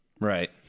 Right